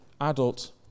adult